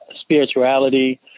spirituality